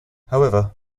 however